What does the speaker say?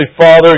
Father